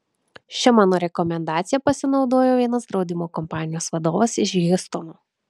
šia mano rekomendacija pasinaudojo vienas draudimo kompanijos vadovas iš hjustono